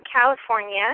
California